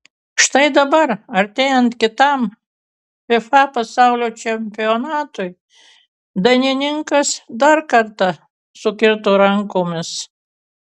štai dabar artėjant kitam fifa pasaulio čempionatui dainininkas dar kartą sukirto rankomis